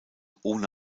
ohne